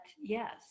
yes